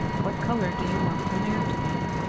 what colour do you want the mare to be?